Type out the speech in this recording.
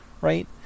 right